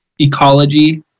ecology